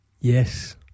Yes